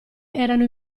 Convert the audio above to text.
erano